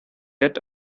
yet